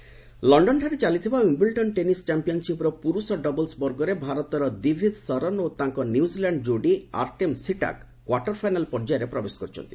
Wimbledon ଲଣ୍ଡନଠାରେ ଚାଲିଥିବା Wimbledon tennis ଚାମ୍ପିୟନ୍ସିପ୍ର ପୁରୁଷ ଡବଲ୍ସ ବର୍ଗରେ ଭାରତର ଦିଭିଜ ଶରନ୍ ଓ ତାଙ୍କ ନିୟୁଜିଲାଣ୍ଡ୍ ଯୋଡ଼ି ଆର୍ଟେମ୍ ସିଟାକ କ୍ୱାର୍ଟର ଫାଇନାଲ୍ ପର୍ଯ୍ୟାୟରେ ପ୍ରବେଶ କରିଛନ୍ତି